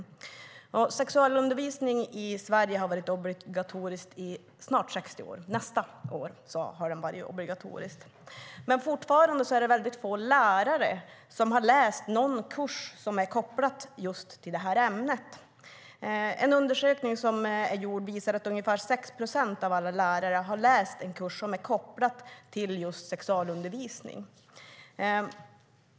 Nästa år har sexualundervisning varit obligatoriskt i Sverige i 60 år. Men fortfarande är det väldigt få lärare som har läst någon kurs kopplad till ämnet. En undersökning visar att ungefär 6 procent av alla lärare har läst en kurs som är kopplad till just sexualundervisning.